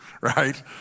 Right